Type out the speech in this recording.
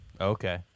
Okay